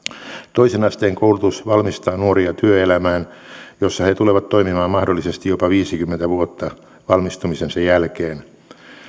toisen asteen koulutus valmistaa nuoria työelämään jossa he tulevat toimimaan mahdollisesti jopa viisikymmentä vuotta valmistumisensa jälkeen